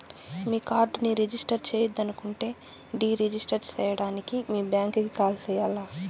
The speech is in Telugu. మీ కార్డుని రిజిస్టర్ చెయ్యొద్దనుకుంటే డీ రిజిస్టర్ సేయడానికి మీ బ్యాంకీకి కాల్ సెయ్యాల్ల